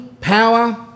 power